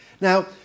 Now